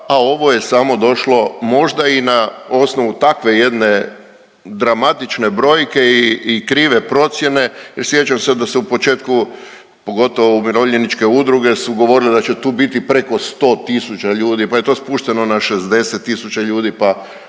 a ovo je samo došlo možda i na osnovu takve jedne dramatične brojke i krive procjene. Sjećam se da se u početku pogotovo umirovljeničke udruge su govorile da će tu biti preko sto tisuća ljudi, pa je to spušteno n a 60000 ljudi,